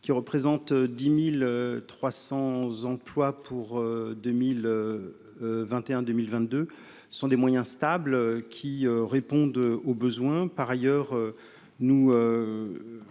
qui représente 10300 emplois pour 2021 2022, ce sont des moyens stables qui répondent aux besoins, par ailleurs, nous